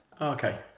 Okay